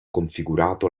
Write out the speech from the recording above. configurato